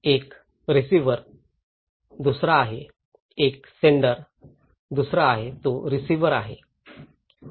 एक रिसिव्हर दुसरा आहे एक सेंडर दुसरा आहे तो रिसिव्हर आहे